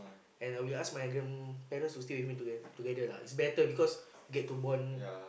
and I will ask my grandparents to stay with me together together lah it's better lah because we get to bond